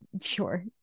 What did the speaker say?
sure